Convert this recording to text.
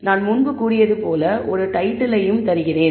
நான் முன்பு கூறியது போல் ஒரு டைட்டிலையும் தருகிறேன்